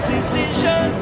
Decision